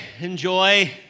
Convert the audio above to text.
Enjoy